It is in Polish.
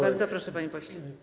Bardzo proszę, panie pośle.